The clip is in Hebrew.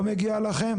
לא מגיע לכם